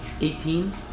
Eighteen